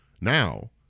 now